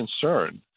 concern